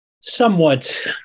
somewhat